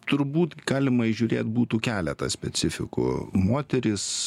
turbūt galima įžiūrėt būtų keletą specifikų moterys